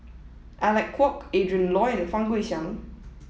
Alec Kuok Adrin Loi and Fang Guixiang